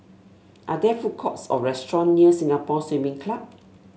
are there food courts or restaurant near Singapore Swimming Club